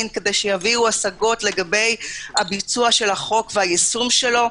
כדי שיביאו השגות לגבי הביצוע של החוק והיישום שלו,